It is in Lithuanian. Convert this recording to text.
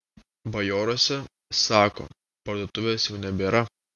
bajoruose sako parduotuvės jau nebėra